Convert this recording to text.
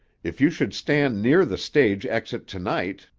if you should stand near the stage exit to-night,